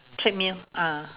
treadmill ah